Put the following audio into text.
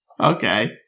Okay